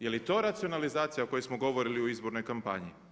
Jeli to racionalizacija o kojoj smo govorili u izbornoj kampanji?